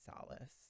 solace